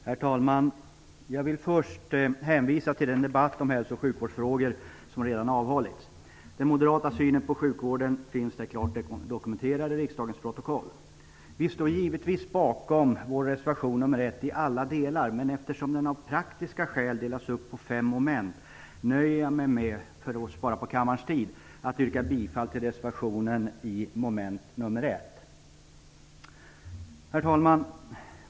Herr talman! Jag vill först hänvisa till den debatt om hälso och sjukvårdsfrågor som redan avhållits. Den moderata synen på sjukvården finns klart dokumenterad i riksdagens protokoll. Vi står givetvis bakom vår reservation, nr 1, i alla delar, men eftersom den av praktiska skäl delats upp på fem moment nöjer jag mig för att spara på kammarens tid med att yrka bifall till reservationen i mom. 1. Herr talman!